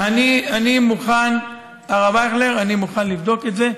אני מוכן לבדוק את זה.